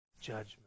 judgment